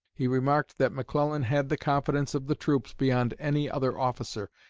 he remarked that mcclellan had the confidence of the troops beyond any other officer,